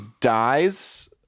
dies